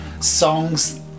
songs